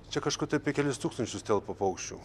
čia kažur tai apie kelis tūkstančius telpa paukščių